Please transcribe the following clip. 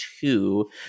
two